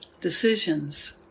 decisions